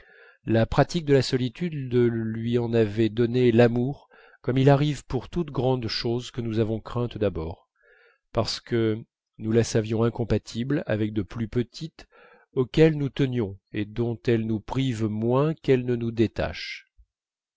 la pratique de la solitude lui en avait donné l'amour comme il arrive pour toute grande chose que nous avons crainte d'abord parce que nous la savions incompatible avec de plus petites auxquelles nous tenions et dont elle nous prive moins qu'elle ne nous en détache